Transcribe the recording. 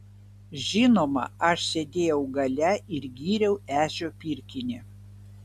žinoma aš sėdėjau gale ir gyriau ežio pirkinį